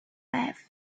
left